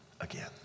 again